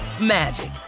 magic